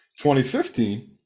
2015